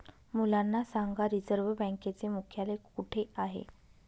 मुलांना सांगा रिझर्व्ह बँकेचे मुख्यालय कुठे आहे